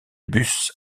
bus